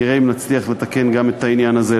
נראה אם נצליח לתקן גם את העניין הזה.